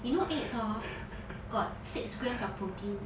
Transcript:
you know eggs hor got six grams of protein